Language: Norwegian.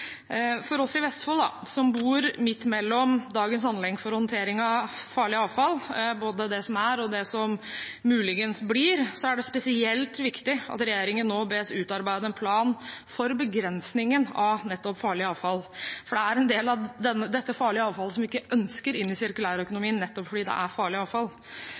For oss i Vestfold, som bor midt mellom dagens anlegg for håndtering av farlig avfall – både det som er, og det som muligens blir – er det spesielt viktig at regjeringen nå bes utarbeide en plan for begrensningen av nettopp farlig avfall, for det er en del av dette farlige avfallet som vi ikke ønsker inn i sirkulærøkonomien, nettopp fordi det er farlig avfall.